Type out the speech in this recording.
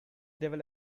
devil